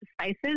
spices